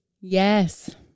Yes